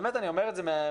באמת אני אומר את זה מהלב,